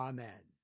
Amen